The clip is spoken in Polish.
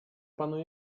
panu